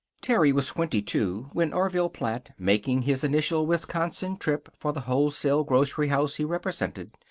terry was twenty-two when orville platt, making his initial wisconsin trip for the wholesale grocery house he represented,